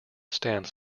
stands